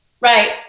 Right